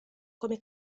come